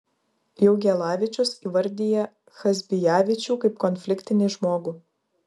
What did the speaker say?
jaugielavičius įvardija chazbijavičių kaip konfliktinį žmogų